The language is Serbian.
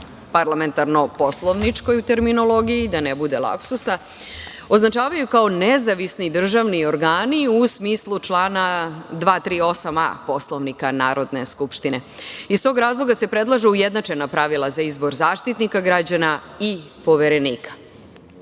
parlamentarno-poslovničkoj terminologiji označavaju kao nezavisni državni organi, u smislu člana 238a. Poslovnika Narodne skupštine. Iz tog razloga se predlažu ujednačena pravila za izbor Zaštitnika građana i Poverenika. Htela